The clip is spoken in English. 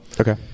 Okay